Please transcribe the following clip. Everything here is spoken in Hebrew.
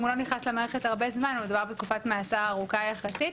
אם הוא לא נכנס למערכת הרבה זמן אם מדובר בתקופת מאסר ארוכה יחסית,